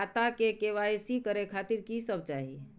खाता के के.वाई.सी करे खातिर की सब चाही?